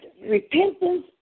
repentance